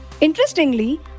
Interestingly